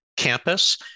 campus